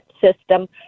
system